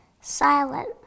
Silent